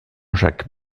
jacques